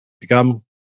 become